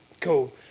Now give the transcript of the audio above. Cool